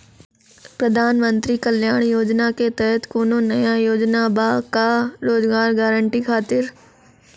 प्रधानमंत्री कल्याण योजना के तहत कोनो नया योजना बा का रोजगार गारंटी खातिर?